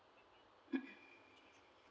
mm